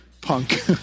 punk